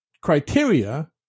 criteria